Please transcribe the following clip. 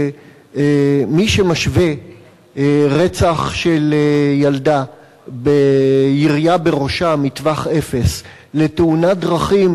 שמי שמשווה רצח של ילדה בירייה בראשה מטווח אפס לתאונת דרכים